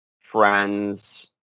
friends